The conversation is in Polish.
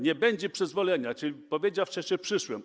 Nie będzie przyzwolenia, czyli powiedział w czasie przyszłym.